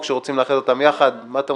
יואב בן צור וקבוצת חברי הכנסת; והצעת